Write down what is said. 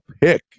pick